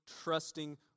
trusting